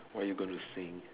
what are you going to sing